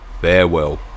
Farewell